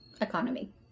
economy